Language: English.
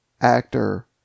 Actor